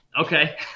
Okay